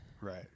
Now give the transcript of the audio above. right